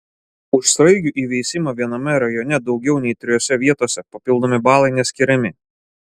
už sraigių įveisimą viename rajone daugiau nei trijose vietose papildomi balai neskiriami